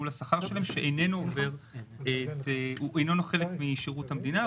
השכר שלהם שאיננו חלק משירות המדינה,